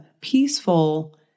peaceful